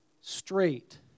straight